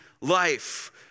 life